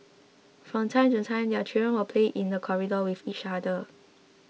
from time to time their children would play in the corridor with each other